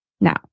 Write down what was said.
Now